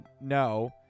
no